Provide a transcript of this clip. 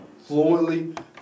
fluently